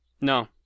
No